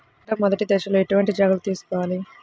పంట మెదటి దశలో ఎటువంటి జాగ్రత్తలు తీసుకోవాలి?